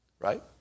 right